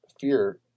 fear